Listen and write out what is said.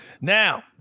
Now